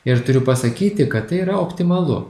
ir turiu pasakyti kad tai yra optimalu